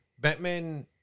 Batman